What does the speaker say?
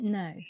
no